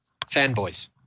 Fanboys